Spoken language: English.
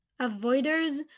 avoiders